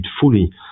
fully